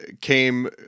came